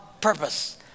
purpose